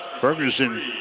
Ferguson